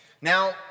Now